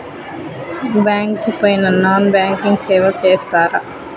Bank కి పోయిన non banking సేవలు చేస్తరా?